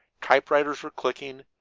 typewriters were clicking,